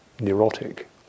neurotic